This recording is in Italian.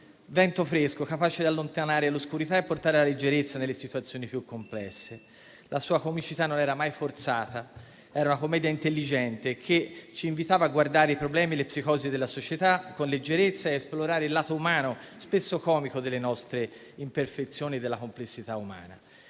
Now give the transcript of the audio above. vento fresco capace di allontanare l'oscurità e portare la leggerezza nelle situazioni più complesse. La sua comicità non era mai forzata; era una commedia intelligente, che ci invitava a guardare i problemi e le psicosi della società con leggerezza e a esplorare il lato umano, spesso comico, delle nostre imperfezioni e della complessità umana.